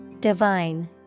Divine